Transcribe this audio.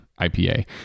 IPA